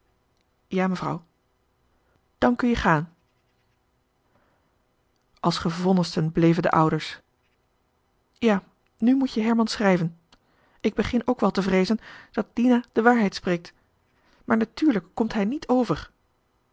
ja mevrouw dan kun je gaan als gevonnisten bleven de ouders ja nu moet je herman schrijven ik begin ook wel te vreezen dat dina de waarheid spreekt maar natuurlijk komt hij niet over